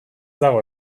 dago